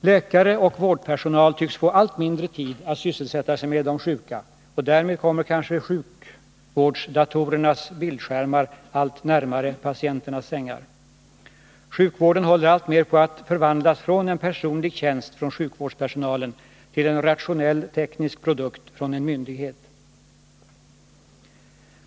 Läkare och vårdpersonal tycks få allt mindre tid att sysselsätta sig med de sjuka, och därmed kommer kanske sjukvårdsdatorernas bildskärmar allt närmare patienternas sängar. Sjukvården håller alltmer på att förvandlas från en personlig tjänst från sjukvårdspersonalen till en rationell teknisk produkt från en myndighet.